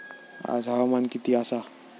आज हवामान किती आसा?